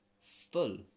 full